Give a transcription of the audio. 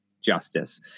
justice